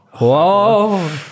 Whoa